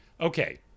Okay